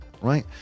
right